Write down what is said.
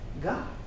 God